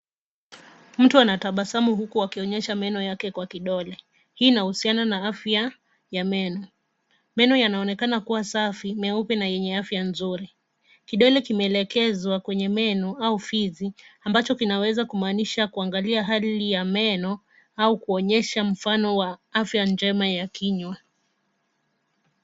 Mtu anatabasamu huku akionyesha meno yake kwa kidole hii inahusiana na afya ya meno, meno yanaonekana kuwa safi meupe na yenye afya nzuri kidole kimeelekezwa kwenye meno au ufizi ambacho kinaweza kumaanisha kuangalia hali ya meno au kuonyeshwa mfano wa afya njema ya kinywa.